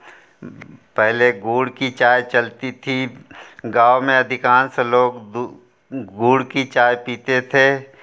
पहले गुड़ की चाय चलती थी गाँव में अधिकांश लोग तो गुड़ की चाय पीते थे